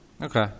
Okay